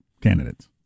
candidates